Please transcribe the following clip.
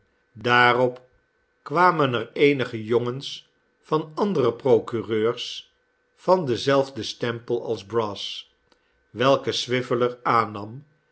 daarop kwamen er eenige jongens van andere procureurs van denzelfden stempel als brass welke swiveller aannam